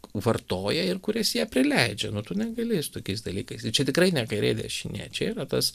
vartoja ir kuris ją prileidžia nu tu negali su tokiais dalykais tai čia tikrai ne kairė dešinė čia yra tas